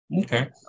Okay